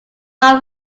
lot